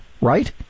right